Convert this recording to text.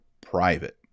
private